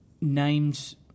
Names